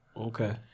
Okay